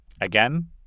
again